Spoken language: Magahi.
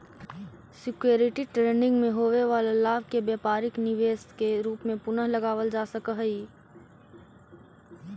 सिक्योरिटी ट्रेडिंग में होवे वाला लाभ के व्यापारिक निवेश के रूप में पुनः लगावल जा सकऽ हई